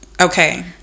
Okay